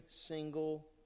single